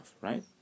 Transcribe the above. right